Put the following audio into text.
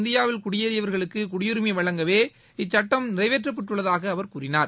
இந்தியாவில் குடியேறியவர்களுக்கு சுகுடியுரிமை வழங்கவே இச்சடம் நிறைவேற்றப்பட்டுள்ளதாக அவர் கூறினார்